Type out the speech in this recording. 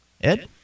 ed